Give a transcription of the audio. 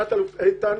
תת-אלוף איתן,